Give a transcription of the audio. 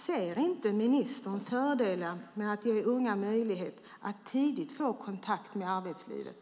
Ser inte ministern fördelen med att ge unga möjlighet att tidigt få kontakt med arbetslivet?